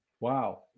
Wow